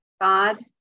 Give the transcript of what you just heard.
God